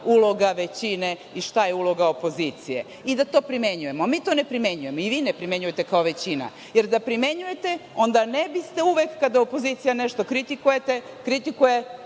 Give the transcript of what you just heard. uloga većine i šta je uloga opozicije i da to primenjujemo, a mi to ne primenjujemo i vi ne primenjujete kao većina, jer da primenjujete, onda ne biste uvek kada opozicija nešto kritikuje poslali